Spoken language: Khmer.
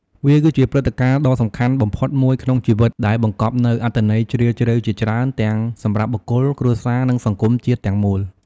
វាគឺជាព្រឹត្តិការណ៍ដ៏សំខាន់បំផុតមួយក្នុងជីវិត ដែលបង្កប់នូវអត្ថន័យជ្រាលជ្រៅជាច្រើន ទាំងសម្រាប់បុគ្គល គ្រួសារ និងសង្គមជាតិទាំងមូល។